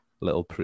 little